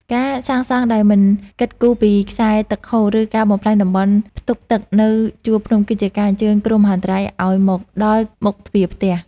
ការសាងសង់ដោយមិនគិតគូរពីខ្សែទឹកហូរ ឬការបំផ្លាញតំបន់ផ្ទុកទឹកនៅជួរភ្នំ គឺជាការអញ្ជើញគ្រោះមហន្តរាយឱ្យមកដល់មុខទ្វារផ្ទះ។